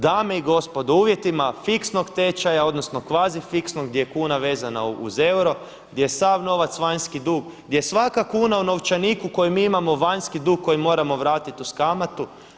Dame i gospodo, u uvjetima fiksnog tečaja odnosno kvazi fiksnog gdje je kuna vezana uz euro, gdje je sav novac vanjski dug, gdje svaka kuna u novčaniku koji mi imamo je vanjski dug koji moramo vratiti uz kamatu.